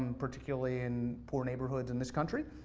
um particularly in poor neighborhoods in this country.